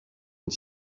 une